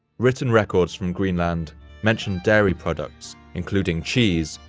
written records from greenland mentioned dairy products including cheese,